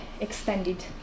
extended